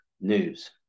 news